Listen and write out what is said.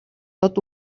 tot